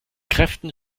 kräften